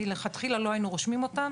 מלכתחילה לא היינו רושמים אותם,